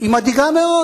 היא מדאיגה מאוד.